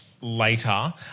later